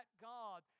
God